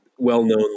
Well-known